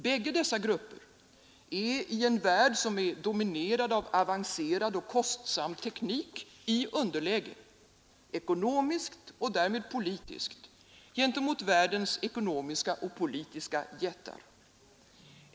Bägge dessa grupper är i en värld dominerad av avancerad och kostsam teknik i underläge ekonomiskt och därmed politiskt gentemot världens ekonomiska och politiska jättar.